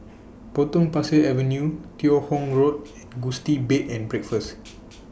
Potong Pasir Avenue Teo Hong Road and Gusti Bed and Breakfast